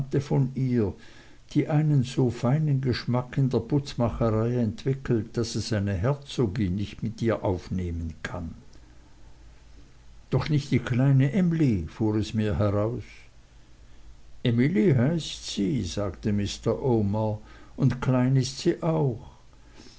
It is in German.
von ihr die einen so feinen geschmack in der putzmacherei entwickelt daß es eine herzogin nicht mit ihr aufnehmen kann doch nicht die kleine emly fuhr es mir heraus emilie heißt sie sagte mr omer und klein ist sie auch